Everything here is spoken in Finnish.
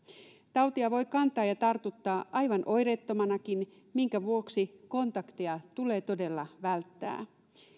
tautia voi kantaa ja tartuttaa aivan oireettomanakin minkä vuoksi kontakteja tulee todella välttää